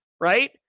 right